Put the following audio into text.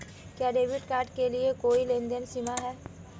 क्या debit card के लिए कोई लेनदेन सीमा है?